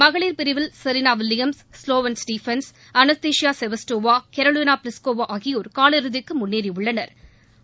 மகளிர் பிரிவில் Serena Williams Sloane Stephens Anastasia Sevastova Karolina Pliskova ஆகியோா் காலிறுதிக்கு முன்னேறியுள்ளனா்